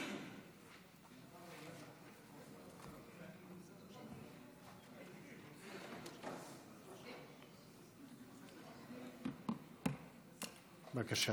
בבקשה,